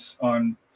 on